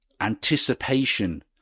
anticipation